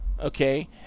Okay